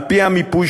על-פי המיפוי,